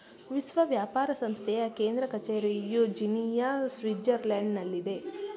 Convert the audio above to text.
ವಿಶ್ವ ವ್ಯಾಪಾರ ಸಂಸ್ಥೆಯ ಕೇಂದ್ರ ಕಚೇರಿಯು ಜಿನಿಯಾ, ಸ್ವಿಟ್ಜರ್ಲ್ಯಾಂಡ್ನಲ್ಲಿದೆ